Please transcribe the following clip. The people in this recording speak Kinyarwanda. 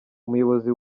umuyobozi